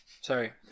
sorry